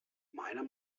meiner